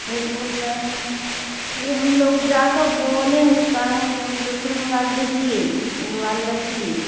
जे बोल रहे है ये हम लोग जाकर बोले हैं कहें हैं कि हमें दूसर मोबाईल दीजिए ये मोबाइल रखिए